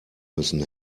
müssen